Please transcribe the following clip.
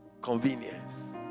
convenience